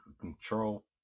control